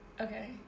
Okay